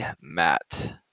Matt